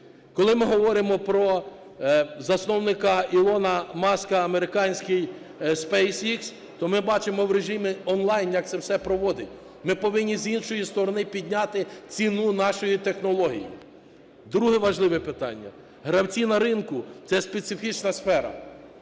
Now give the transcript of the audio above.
Коли ми говоримо про засновника Ілона Маска американський SpaceX, то ми бачимо в режимі онлайн, як це все проводить. Ми повинні з іншої сторони підняти ціну нашої технології. Друге важливе питання. Гравці на ринку – це специфічна сфера.